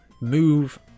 move